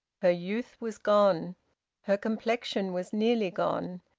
her youth was gone her complexion was nearly gone.